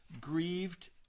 grieved